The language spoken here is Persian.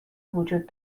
وجود